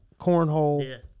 cornhole